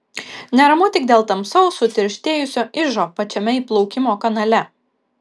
neramu tik dėl tamsaus sutirštėjusio ižo pačiame įplaukimo kanale